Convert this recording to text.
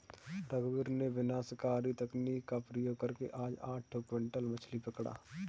रघुवीर ने विनाशकारी तकनीक का प्रयोग करके आज आठ क्विंटल मछ्ली पकड़ा